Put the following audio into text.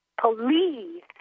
police